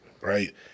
right